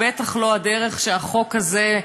בטח לא הדרך שהחוק הזה,